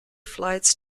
flights